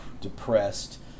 depressed